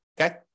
okay